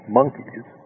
monkeys